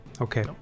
Okay